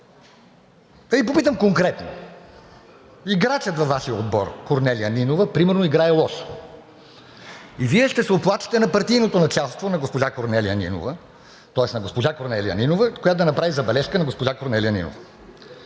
Да Ви попитам конкретно. Играчът във Вашия отбор Корнелия Нинова примерно играе лошо. Вие ще се оплачете на партийното началство на госпожа Корнелия Нинова, тоест на госпожа Корнелия Нинова, която да направи забележка на госпожа Корнелия Нинова.